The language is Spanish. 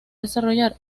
desarrollar